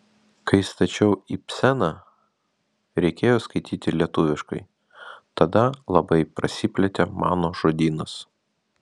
kai stačiau ibseną reikėjo skaityti lietuviškai tada labai prasiplėtė mano žodynas